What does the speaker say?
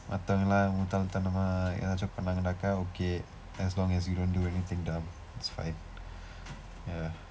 மற்றவர்கள் எல்லாம் முட்டாள் தனமாக ஏதாவது பன்னங்கணா:marravarkal ellaam mutdaal thanamaaka eethaavathu pannangkanaa okay as long as you don't do anything dumb it's fine ya